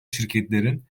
şirketlerin